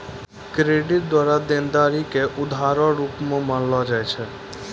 credit द्वारा देनदारी के उधारो रूप मे मानलो जाय छै